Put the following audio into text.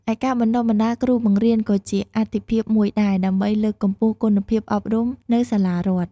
ឯការបណ្តុះបណ្តាលគ្រូបង្រៀន ក៏ជាអាទិភាពមួយដែរ ដើម្បីលើកកម្ពស់គុណភាពអប់រំនៅសាលារដ្ឋ។